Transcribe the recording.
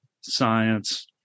science